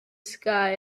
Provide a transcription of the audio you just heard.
sky